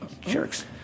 Jerks